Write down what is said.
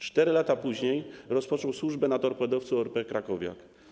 4 lata później rozpoczął służbę na torpedowcu ORP „Krakowiak”